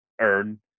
earn